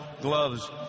gloves